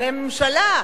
הממשלה.